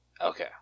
okay